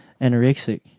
anorexic